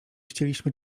chcieliśmy